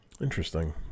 interesting